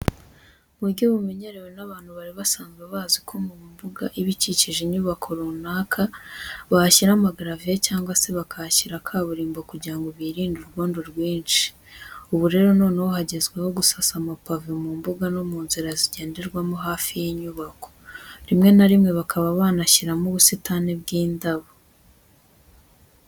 Mu buryo bumenyerewe abantu bari basanzwe bazi ko mu mbuga iba ikikije inyubako runaka, bahashyira amagaraviye cyangwa se bakahashyira kaburimbo kugira ngo birinde urwondo rwinshi. Ubu rero noneho hagezweho gusasa amapave mu mbuga no mu nzira zigenderwamo hafi y'inyubako, rimwe na rimwe bakaba banashyiramo ubusitani bw'indabo.